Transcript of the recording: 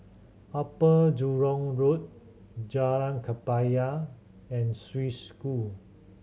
Upper Jurong Road Jalan Kebaya and Swiss School